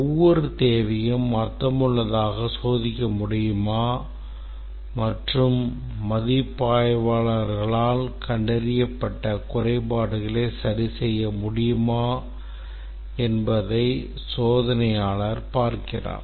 ஒவ்வொரு தேவையும் அர்த்தமுள்ளதாக சோதிக்க முடியுமா மற்றும் மதிப்பாய்வாளர்களால் கண்டறியப்பட்ட குறைபாடுகளை சரிசெய்ய முடியுமா என்பதை சோதனையாளர் பார்க்கிறார்